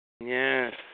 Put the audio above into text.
Yes